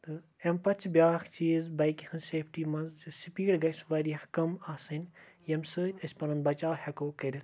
تہٕ اَمہِ پَتہٕ چھِ بیاکھ چیٖز بایکہِ ہٕنٛز سیفٹی منٛز زِ سِپیٖڈ گَژھِ وارِیاہ کَم آسٕںۍ ییٚمہِ سۭتۍ اسہِ پَنُن بَچاو ہیٚکو کٔرِتھ